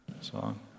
song